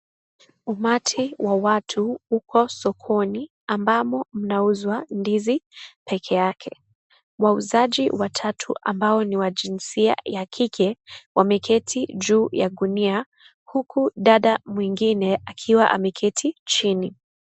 Umati wa watu uko sokoni ambamo mnauzwa ndizi peke yake wauzaji watatu ambao ni wa jinsia ya kike wameketi juu ya gunia huku dada mwingine akiwa ameketi chini.